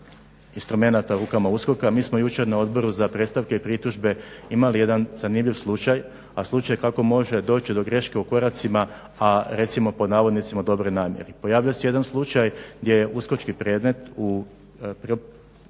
instrumenata u rukama USKOK-a, mi smo jučer na Odboru za predstavke i pritužbe imali jedan zanimljiv slučaj, a slučaj kako može doći do greške u koracima a recimo pod navodnicima u "dobroj namjeri". Pojavio se jedan slučaj gdje je USKOK-čki predmet u provođenju